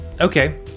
okay